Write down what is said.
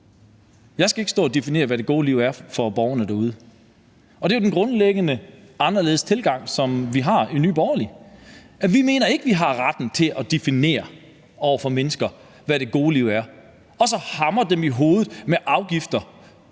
Jeg skal ikke stå og definere, hvad det gode liv er for borgerne derude. Det er jo den grundlæggende anderledes tilgang, som vi har i Nye Borgerlige. Vi mener ikke, at vi har retten til at definere for mennesker, hvad det gode liv er, og så hamre dem i hovedet med afgifter,